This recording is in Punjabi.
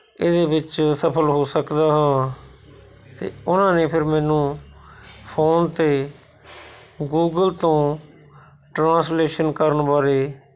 ਇਹਦੇ ਵਿੱਚ ਸਫਲ ਹੋ ਸਕਦਾ ਹਾਂ ਤਾਂ ਉਹਨਾਂ ਨੇ ਫਿਰ ਮੈਨੂੰ ਫ਼ੋਨ 'ਤੇ ਗੂਗਲ ਤੋਂ ਟ੍ਰਾਂਸਲੇਸ਼ਨ ਕਰਨ ਬਾਰੇ